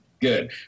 good